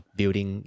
building